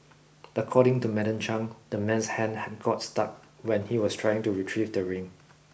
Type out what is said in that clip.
according to Madam Chang the man's hand had got stuck when he was trying to retrieve the ring